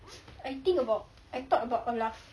I think about I thought about olaf